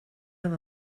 have